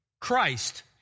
Christ